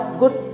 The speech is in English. good